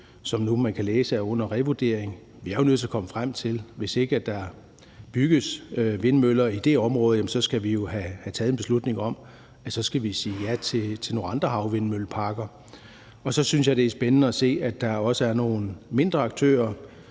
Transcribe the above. som man nu kan læse er under revurdering. Vi er nødt til at komme frem til, at hvis der ikke bygges vindmøller i det område, skal vi jo have taget en beslutning om at sige ja til nogle andre havvindmølleparker. Og så synes jeg, det er spændende at se, at der også er nogle mindre aktører,